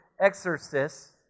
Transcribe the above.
exorcists